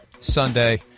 Sunday